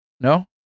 No